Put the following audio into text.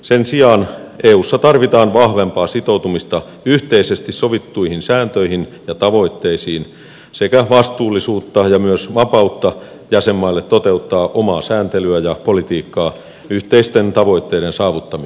sen sijaan eussa tarvitaan vahvempaa sitoutumista yhteisesti sovittuihin sääntöihin ja tavoitteisiin sekä vastuullisuutta ja myös vapautta jäsenmaille toteuttaa omaa sääntelyä ja politiikkaa yhteisten tavoitteiden saavuttamiseksi